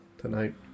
Tonight